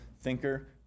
thinker